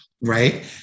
right